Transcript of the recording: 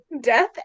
Death